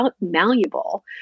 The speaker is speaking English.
malleable